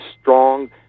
strong